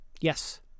Yes